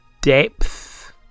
depth